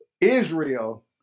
Israel